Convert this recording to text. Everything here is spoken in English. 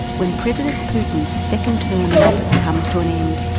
when president putin's second term in office comes to an end.